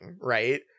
right